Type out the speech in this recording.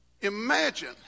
Imagine